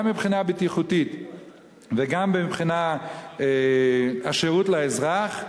גם מבחינה בטיחותית וגם מבחינת השירות לאזרח,